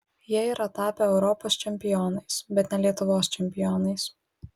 jie yra tapę europos čempionais bet ne lietuvos čempionais